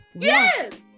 Yes